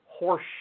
horseshit